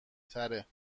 تره